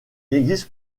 existe